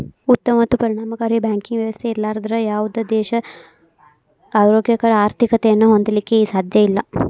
ಉತ್ತಮ ಮತ್ತು ಪರಿಣಾಮಕಾರಿ ಬ್ಯಾಂಕಿಂಗ್ ವ್ಯವಸ್ಥೆ ಇರ್ಲಾರ್ದ ಯಾವುದ ದೇಶಾ ಆರೋಗ್ಯಕರ ಆರ್ಥಿಕತೆಯನ್ನ ಹೊಂದಲಿಕ್ಕೆ ಸಾಧ್ಯಇಲ್ಲಾ